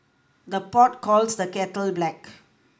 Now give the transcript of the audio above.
the pot calls the kettle black